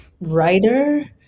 writer